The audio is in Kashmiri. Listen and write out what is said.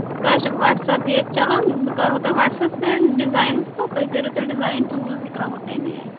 تۄہہِ حظ چھُو واٹٔس ایپ ییٚتھۍ چَلان بہٕ کَرہو تۄہہِ واٹٔس ایپ سینٛڈ ڈِزایِن تہٕ تُہۍ کٔرِو تیٚلہِ ڈِزاین چوٗز بہٕ ترٛاوٕہو تٔمی آیہِ